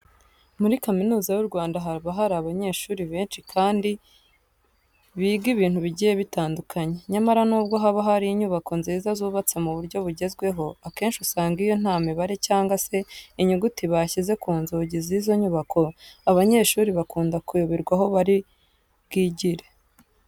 Muri Kaminuza y'u Rwanda haba hari abanyeshuri benshi kandi biga ibintu bigiye bitandukanye. Nyamara nubwo haba hari inyubako nziza zubatse mu buryo bugezweho, akenshi usanga iyo nta mibare cyangwa se inyuguti bashyize ku nzugi z'izo nyubako, abanyeshuri bakunda kuyoberwa aho bari bwigire.